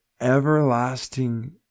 everlasting